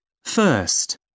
First